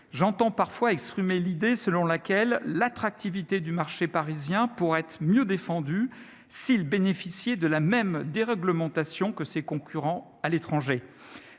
J'entends parfois exprimer l'idée selon laquelle l'attractivité du marché parisien pourrait être mieux défendue si ce dernier bénéficiait de la même déréglementation que ses concurrents à l'étranger.